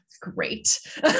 Great